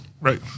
Right